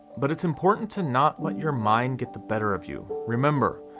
but it's important to not let your mind get the better of you. remember,